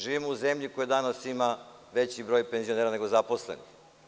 Živimo u zemlji koja danas ima veći broj penzionera nego zaposlenih.